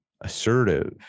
assertive